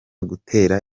gutera